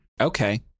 Okay